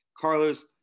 Carlos